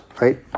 right